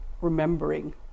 remembering